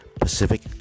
pacific